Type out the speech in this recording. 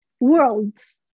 worlds